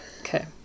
Okay